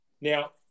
Now